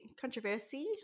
controversy